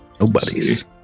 nobody's